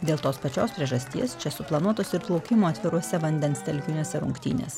dėl tos pačios priežasties čia suplanuotos ir plaukimo atviruose vandens telkiniuose rungtynės